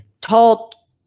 tall